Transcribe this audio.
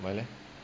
why leh